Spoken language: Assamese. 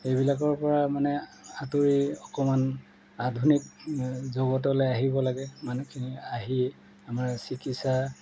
এইবিলাকৰ পৰা মানে আঁতৰি অকণমান আধুনিক জগতলৈ আহিব লাগে মানুহখিনি আহি আমাৰ চিকিৎসা